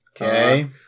Okay